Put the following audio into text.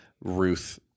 Ruth